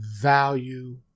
value